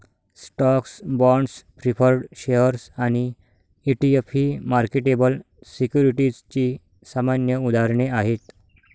stocks, bonds, preferred shares आणि ETF ही marketable सिक्युरिटीजची सामान्य उदाहरणे आहेत